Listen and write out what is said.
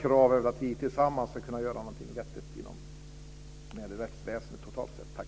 Kravet är väl att vi tillsammans ska kunna göra någonting vettigt när det gäller rättsväsendet totalt sett. Tack!